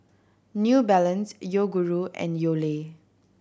New Balance Yoguru and